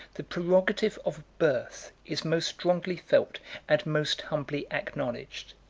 the prerogative of birth is most strongly felt and most humbly acknowledged.